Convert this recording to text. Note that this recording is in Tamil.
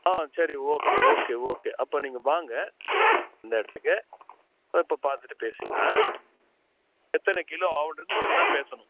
ஆ சரி ஓகே ஓகே ஓகே அப்போ நீங்கள் வாங்க இந்த இடத்துக்கு அப்போ பார்த்துட்டு பேசிக்கலாம் எத்தனை கிலோ ஆகுன்றது நீங்கள் தான் பேசணும்